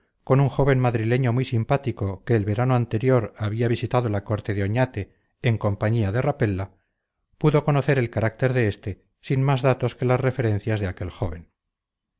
con un joven madrileño muy simpático que el verano anterior había visitado la corte de oñate en compañía de rapella pudo conocer el carácter de este sin más datos que las referencias de aquel joven